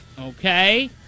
okay